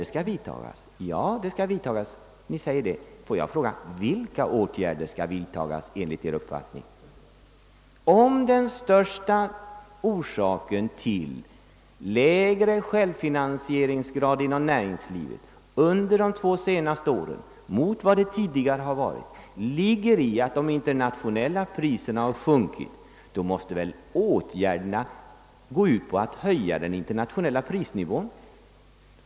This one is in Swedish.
Ni säger ju att åtgärder skall vidtas. Får jag fråga: Vilka åtgärder skall vidtas enligt er uppfattning? vet under de två senaste åren mot vad den tidigare har varit ligger i att de internationella priserna sjunkit måste de åtgärderna gå ut på att höja den internationella prisnivån.